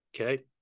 Okay